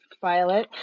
Violet